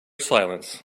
silence